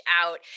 out